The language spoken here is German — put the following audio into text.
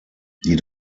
die